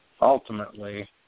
Ultimately